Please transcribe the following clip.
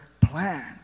plan